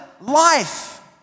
life